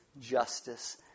justice